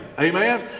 Amen